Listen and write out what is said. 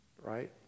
Right